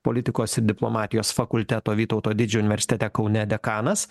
politikos ir diplomatijos fakulteto vytauto didžiojo universitete kaune dekanas